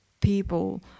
people